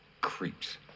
creeps